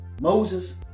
Moses